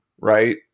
right